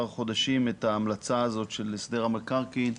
חודשים את ההמלצה הזאת של הסדר המקרקעין.